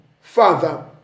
Father